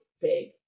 big